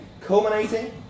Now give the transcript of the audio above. culminating